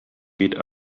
geht